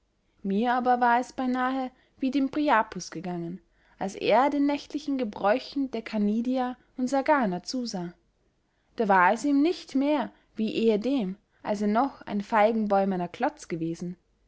mir aber war es beynahe wie dem priapus gegangen als er den nächtlichen gebräuchen der canidia und sagana zusah da war es ihm nicht mehr wie ehedem als er noch ein feigenbäumener klotz gewesen